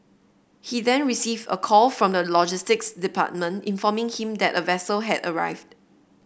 he then received a call from the logistics department informing him that a vessel had arrived